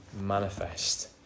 manifest